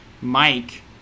Mike